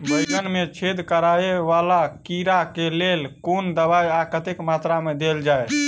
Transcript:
बैंगन मे छेद कराए वला कीड़ा केँ लेल केँ कुन दवाई आ कतेक मात्रा मे देल जाए?